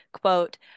quote